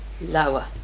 lower